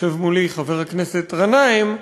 יושב מולי חבר הכנסת גנאים,